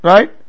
Right